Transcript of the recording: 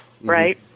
right